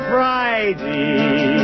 Friday